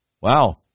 Wow